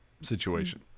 situation